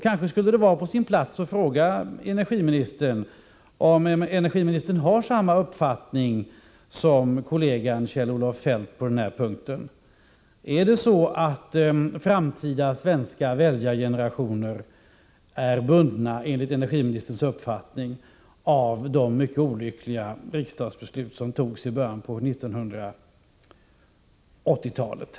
Kanske skulle det vara på sin plats att fråga energiministern om energiministern har samma uppfattning som kollegan Kjell-Olof Feldt på den här punkten. Är framtidens svenska väljargenerationer enligt energiministerns uppfattning bundna av de mycket olyckliga riksdagsbeslut som fattades i början av 1980-talet?